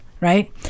right